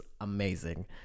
amazing